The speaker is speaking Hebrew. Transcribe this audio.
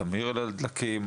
תמהיל הדלקים,